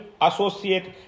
associate